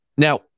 Now